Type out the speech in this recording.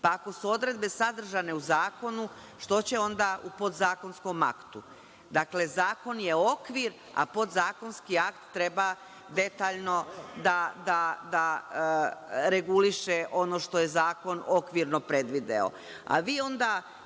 Pa ako su odredbe sadržane u zakonu, što će onda u podzakonskom aktu? Dakle, zakon je okvir, a podzakonski akt treba detaljno da reguliše ono što je zakon okvirno predvideo. Vi